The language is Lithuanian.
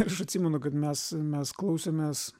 ir aš atsimenu kad mes mes klausėmės